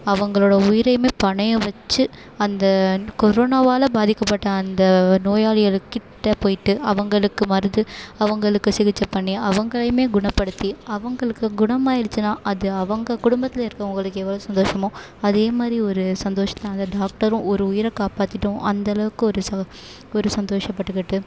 அவங்களோட உயிரையுமே பணயம் வச்சி அந்த கொரோனாவால பாதிக்கப்பட்ட அந்த நோயாளிகளுக்கிட்ட போய்ட்டு அவங்களுக்கு மருந்து அவங்களுக்கு சிகிச்சை பண்ணி அவங்களையுமே குணப்படுத்தி அவங்களுக்கு குணமாயிடிச்சினால் அது அவங்க குடும்பத்தில் இருக்கவங்களுக்கு எவ்வளோ சந்தோஷமாக அதே மாதிரி ஒரு சந்தோஷத்தை அந்த டாக்டரும் ஒரு உயிரை காப்பாத்திட்டோம் அந்த அளவுக்கு ஒரு ஒரு சந்தோஷப்பட்டுக்கிட்டு